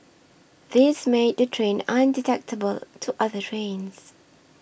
this made the train undetectable to other trains